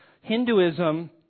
Hinduism